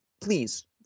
Please